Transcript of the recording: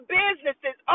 businesses